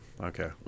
Okay